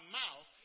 mouth